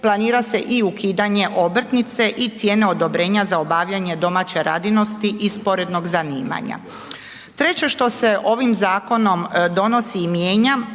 planira se i ukidanje obrtnice i cijene odobrenja za obavljanje domaće radinosti i sporednog zanimanja. Treće što se ovim zakonom donosi i mijenja,